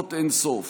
בשאיפות אין-סוף.